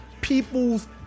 people's